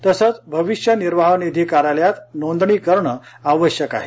तसच भविष्य निर्वाह निधी कार्यालयात नोंदणी करणे आवश्यक आहे